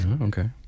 Okay